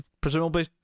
presumably